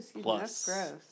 plus